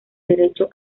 derecho